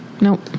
Nope